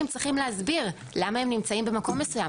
צריכים להסביר למה הם נמצאים במקום מסוים,